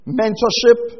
mentorship